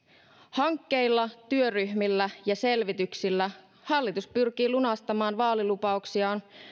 hankkeilla työryhmillä ja selvityksillä hallitus pyrkii lunastamaan vaalilupauksiaan